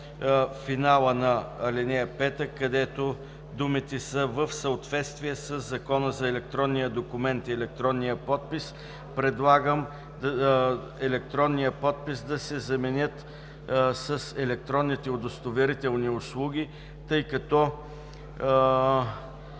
финала на ал. 5, където думите са в съответствие със Закона за електронния документ и електронния подпис. Предлагам думите „електронния подпис“ да се заменят с думите „електронните удостоверителни услуги“, тъй като